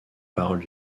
paroles